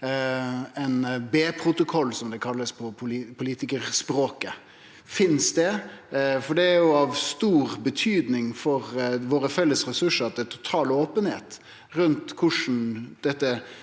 ein B-protokoll, som det kallast på politikarspråket. Finst det? Det er av stor betyding for våre felles ressursar at det er total openheit rundt korleis